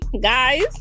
guys